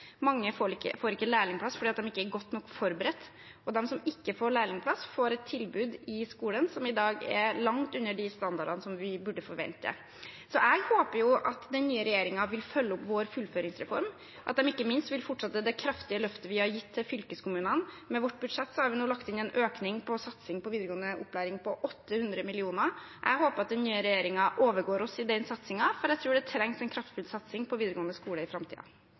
Mange får ikke lærlingplass fordi de ikke er godt nok forberedt, og de som ikke får lærlingplass, får et tilbud i skolen som i dag er langt under de standardene som vi burde forvente. Så jeg håper at den nye regjeringen vil følge opp vår fullføringsreform, at den ikke minst vil fortsette det kraftige løftet vi har gitt til fylkeskommunene. Med vårt budsjett har vi nå lagt inn en økning på satsing på videregående opplæring på 800 mill. kr. Jeg håper at den nye regjeringen overgår oss i den satsingen, for jeg tror det trengs en kraftfull satsing på videregående skole i